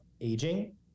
aging